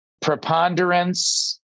preponderance